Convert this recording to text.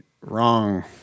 wrong